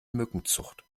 mückenzucht